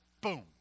Boom